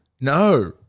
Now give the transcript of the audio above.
No